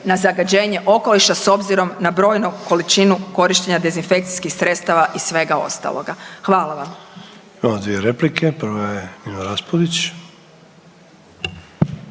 na zagađenje okoliša s obzirom na broju količinu korištenja dezinfekcijskih sredstava i svega ostaloga. Hvala vam.